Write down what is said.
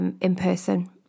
in-person